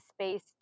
space